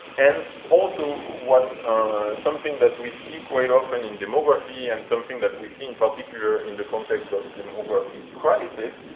and also, what's something that we see quite often in demography and something that we see, in particular, in the context of demography crisis,